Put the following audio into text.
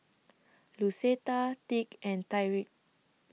Lucetta tick and Tyrik